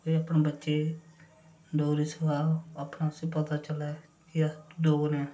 ते अपने बच्चें ई डोगरी सखाओ उसी पता चलै कि अस डोगरे आं